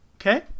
Okay